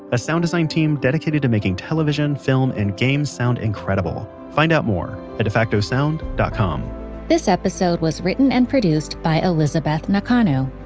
a sound design team dedicated to making television, film, and games sound incredible. find out more at defactosound dot com this episode was written and produced by elizabeth nakano,